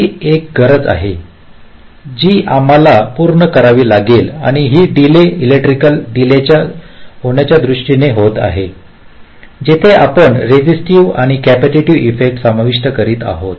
ही एक गरज आहे जी आम्हाला पूर्ण करावी लागेल आणि हा डीले इलेक्ट्रिकल डीले होण्याच्या दृष्टीने होत आहे जिथे आपण रेसिस्टिव्ह आणि कॅपेसिटिव्ह इफेक्ट समाविष्ट करीत आहोत